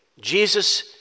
Jesus